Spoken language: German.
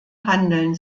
handeln